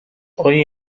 hoy